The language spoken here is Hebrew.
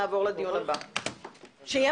ננעלה בשעה 10:00.